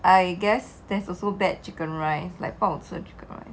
I guess there's also bad chicken rice like 不好吃的 chicken rice